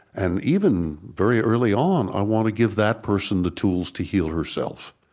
and even very early on, i want to give that person the tools to heal herself.